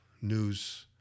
news